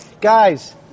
Guys